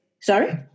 sorry